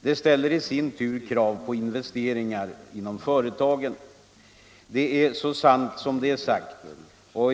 Detta ställer i sin tur krav på omfattande investeringar inom företagen.” Det är så sant som det är sagt.